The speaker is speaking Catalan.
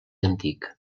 antic